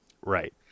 Right